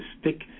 stick